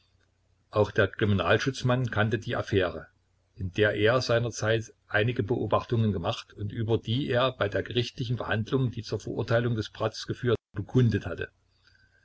auch der kriminalschutzmann kannte die affäre in der er seinerzeit einige beobachtungen gemacht und über die er bei der gerichtlichen verhandlung die zur verurteilung des bratz geführt bekundet hatte